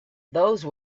those